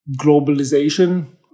globalization